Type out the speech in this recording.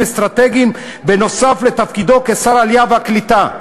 אסטרטגיים נוסף על תפקידו כשר העלייה והקליטה.